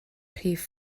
rhif